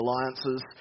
alliances